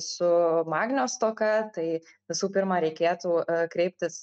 su magnio stoka tai visų pirma reikėtų kreiptis